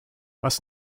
was